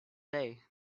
day